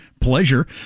pleasure